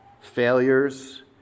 failures